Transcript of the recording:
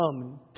come